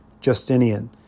Justinian